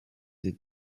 they